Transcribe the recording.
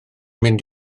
mynd